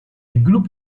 group